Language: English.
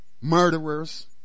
murderers